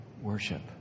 worship